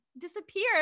disappeared